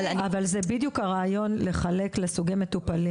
אבל זה בדיוק הרעיון לחלק לסוגי מטופלים,